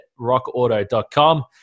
rockauto.com